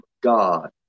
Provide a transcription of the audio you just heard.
God